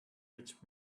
rich